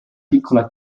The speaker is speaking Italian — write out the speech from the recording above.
piccola